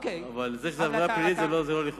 אבל העובדה שזאת עבירה פלילית היא לא לכאורה.